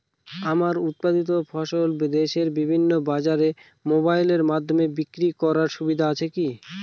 আমার উৎপাদিত ফসল দেশের বিভিন্ন বাজারে মোবাইলের মাধ্যমে বিক্রি করার সুবিধা আছে কি?